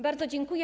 Bardzo dziękuję.